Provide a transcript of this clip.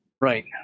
right